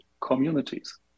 communities